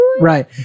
Right